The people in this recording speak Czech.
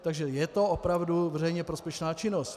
Takže je to opravdu veřejně prospěšná činnost.